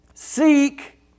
Seek